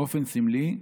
באופן סמלי,